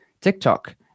TikTok